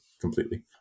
completely